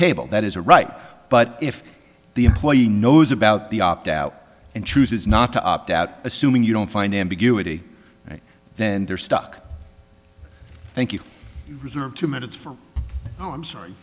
table that is a right but if the employee knows about the opt out and chooses not to opt out assuming you don't find ambiguity then they're stuck thank you reserve two minutes for oh i'm sorry